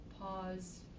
pause